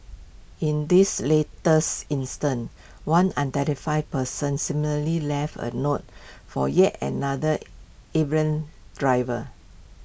in this latest instance one unidentified person similarly left A note for yet another errant driver